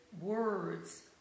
words